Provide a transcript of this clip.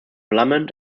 lament